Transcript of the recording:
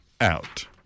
Out